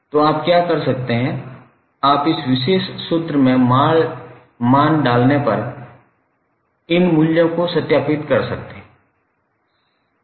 तो आप क्या कर सकते हैं आप इस विशेष सूत्र में मान डालकर इन मूल्यों को सत्यापित कर सकते हैं